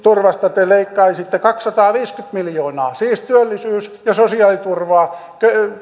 te leikkaisitte kaksisataaviisikymmentä miljoonaa siis työllisyys ja sosiaaliturvaa